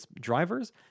Drivers